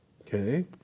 Okay